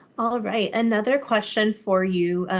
all right. another question for you,